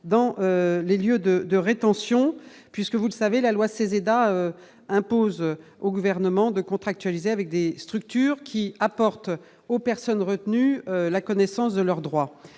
dans les lieux de de rétention puisque vous le savez la loi ces à impose au gouvernement de contractualiser avec des structures qui apportent aux personnes retenues, la connaissance de leurs droits